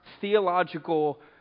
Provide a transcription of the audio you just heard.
theological